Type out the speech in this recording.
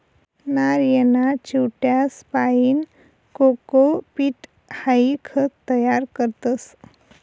नारयना चिवट्यासपाईन कोकोपीट हाई खत तयार करतस